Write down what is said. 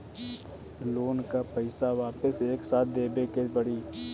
Loan का पईसा वापिस एक साथ देबेके पड़ी?